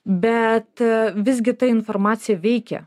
bet visgi ta informacija veikia